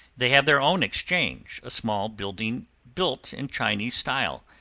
they have their own exchange, a small building built in chinese style,